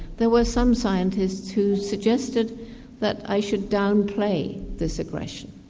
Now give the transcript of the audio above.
there were some scientists who suggested that i should downplay this aggression.